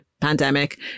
pandemic